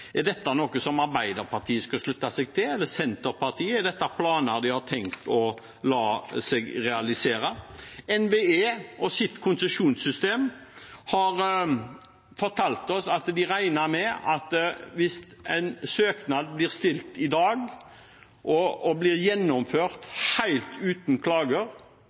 Er dette noe Arbeiderpartiet skal slutte seg til, eller Senterpartiet? Er dette planer de har tenkt å realisere? NVE og deres konsesjonssystem har fortalt at de regner med at hvis en søknad blir fremmet i dag og blir gjennomført helt uten klager,